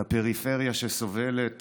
על הפריפריה, שסובלת